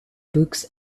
books